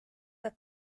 nad